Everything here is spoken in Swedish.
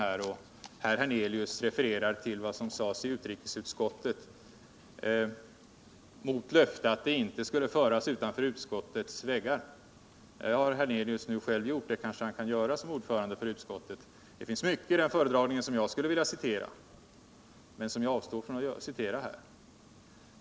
Herr Hernelius refererar vad som sades i utrikesutskottet mot löfte att det inte skulle föras utanför utskottets väggar. Det har herr Hernelius nu själv gjort. Det kanske han kan göra som ordförande för utskottet. Det finns mycket i den föredragningen som jag skulle vilja citera, men det avstår jag ifrån.